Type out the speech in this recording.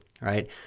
right